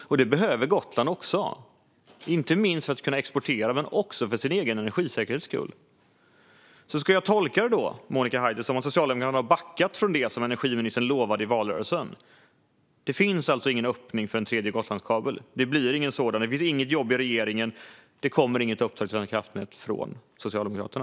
Gotland behöver också kabeln, inte minst för att kunna exportera och för den egna energisäkerheten. Ska jag tolka Monica Haider så att Socialdemokraterna har backat från det energiministern lovade i valrörelsen? Det finns alltså ingen öppning för en tredje Gotlandskabel. Det blir ingen sådan. Det sker inget arbete i regeringen i frågan, och det kommer inget uppdrag till Svenska kraftnät från Socialdemokraterna.